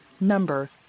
Number